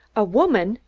a woman!